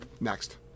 Next